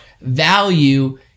value